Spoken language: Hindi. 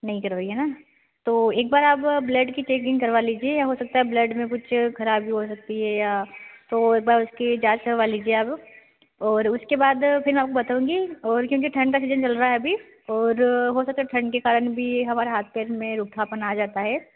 नहीं करवाई है ना तो एक बार आप ब्लड की चेकिंग करवा लीजिए या हो सकता है ब्लड में कुछ खराबी हो सकती है या तो एक बार उसकी जाँच करवा लीजिए अब और उसके बाद फिर मैं आपको बताऊंगी और क्योंकि ठंड का सीजन चल रहा है अभी और हो सकता है कि ठंड के कारण भी हमारे हाथ पैर में रूखापन आ जाता है